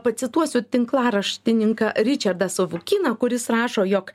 pacituosiu tinklaraštininką ričardą savukyną kuris rašo jog